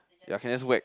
ya can just whack